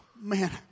Man